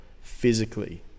physically